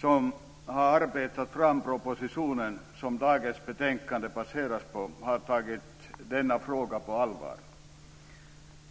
som har arbetat fram propositionen som dagens betänkande baseras på, har tagit denna fråga på allvar.